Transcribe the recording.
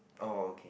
oh okay